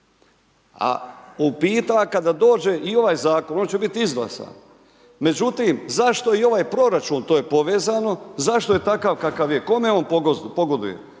se/ …kada dođe i ovaj zakon on će biti izglasan. Međutim, zašto i ovaj proračun, to je povezano, zašto je takav kakav je? Kome on pogoduje?